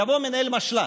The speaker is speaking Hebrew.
יבוא מנהל משל"ט.